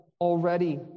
already